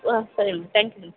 ಆಂ ಸರಿ ಮ್ಯಾ thank you ma'am